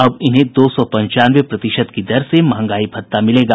अब इन्हें दो सौ पंचानवे प्रतिशत की दर से मंहगाई भत्ता मिलेगा